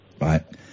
Right